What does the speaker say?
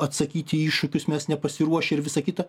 atsakyti į iššūkius mes nepasiruošę ir visa kita